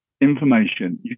information